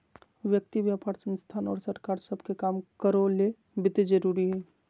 व्यक्ति व्यापार संस्थान और सरकार सब के काम करो ले वित्त जरूरी हइ